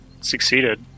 succeeded